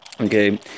okay